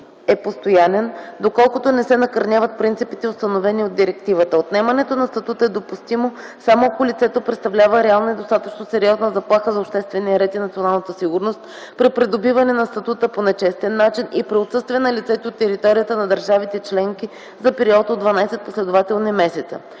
статут е постоянен, доколкото не се накърняват принципите, установени от директивата. Отнемането на статута е допустимо само ако лицето представлява реална и достатъчно сериозна заплаха за обществения ред и националната сигурност, при придобиване на статута по нечестен начин и при отсъствие на лицето от територията на държавите членки за период от 12 последователни месеца.